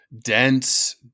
dense